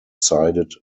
sided